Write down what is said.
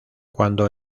cuando